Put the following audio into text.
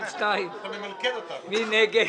מי נגד?